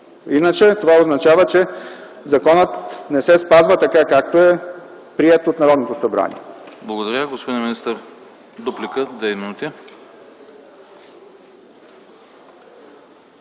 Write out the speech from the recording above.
Иначе това означава, че законът не се спазва така, както е приет от Народното събрание.